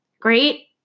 great